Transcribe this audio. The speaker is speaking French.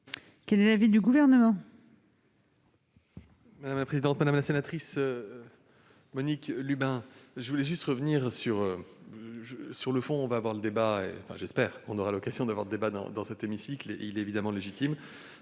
Quel est l'avis du Gouvernement ?